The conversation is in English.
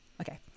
Okay